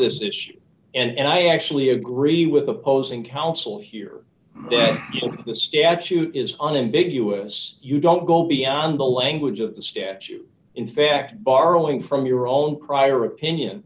this issue and i actually agree with opposing counsel here the statute is an ambiguous you don't go beyond the language of the statute in fact borrowing from your own prior opinion